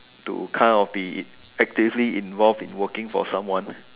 to kind of be actively involved in working for someone